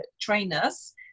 trainers